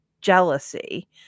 jealousy